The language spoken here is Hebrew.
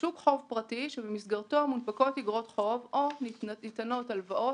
ולשוק חוב פרטי שבמסגרתו מונפקות אגרות חוב או ניתנות הלוואות,